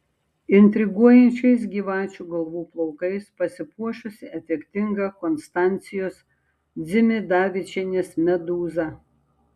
intriguojančiais gyvačių galvų plaukais pasipuošusi efektinga konstancijos dzimidavičienės medūza